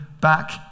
back